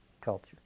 culture